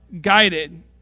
guided